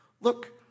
Look